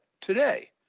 today